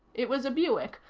it was a buick,